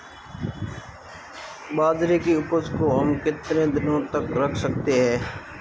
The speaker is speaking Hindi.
बाजरे की उपज को हम कितने दिनों तक रख सकते हैं?